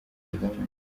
kagame